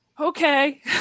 Okay